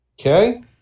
Okay